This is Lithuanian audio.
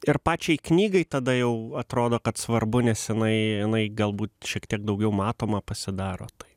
ir pačiai knygai tada jau atrodo kad svarbu nes jinai jinai galbūt šiek tiek daugiau matoma pasidaro tai